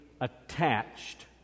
attached